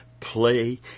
play